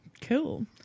Cool